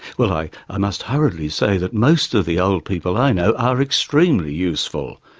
well, i i must hurriedly say that most of the old people i know are extremely useful.